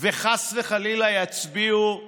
וחס וחלילה יצביעו נגד,